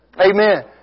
Amen